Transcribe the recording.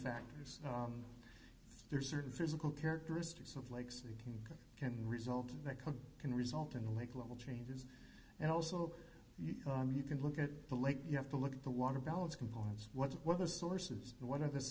fact there are certain physical characteristics of lakes thinking can result that can can result in the lake level changes and also you can look at the lake you have to look at the water balance components what's what the sources and one of the